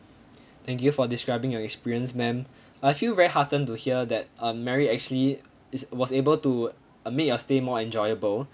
thank you for describing your experience ma'am I feel very heartened to hear that um mary actually is was able to uh made your stay more enjoyable